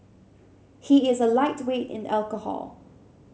he is a lightweight in alcohol